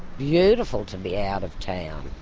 beautiful to be out of town.